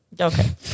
Okay